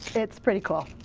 it's pretty cool,